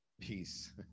Peace